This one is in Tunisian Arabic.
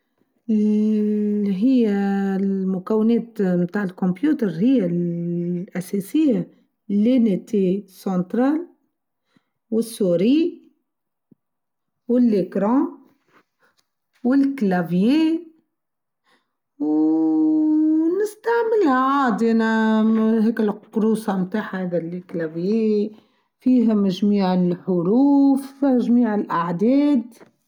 ااا إلي هى المكونات تاع الكمبيوتر هى الأساسيه لانتيه سونترال ، و السوري ، و الليكرو ، و الكلاڤي ، ووو نستعمل عادي أنا هيكا القروصه متاعها هاذا للكلابيه فيها مجميع الحروف فيها محميع الأعداد.